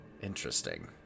Interesting